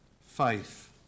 faith